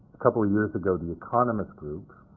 a couple of years ago, the economist group,